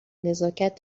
نزاکت